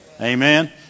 amen